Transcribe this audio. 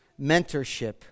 mentorship